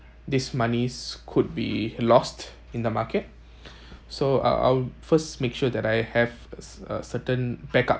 this moneys could be lost in the market so I’ll I’ll first make sure that I have a a certain backup